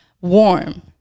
warm